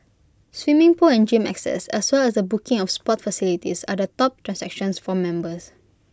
swimming pool and gym access as well as the booking of sports facilities are the top transactions for members